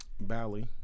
Bali